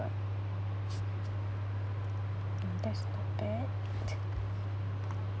mm that's not bad